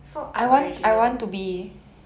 so unoriginal